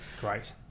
Great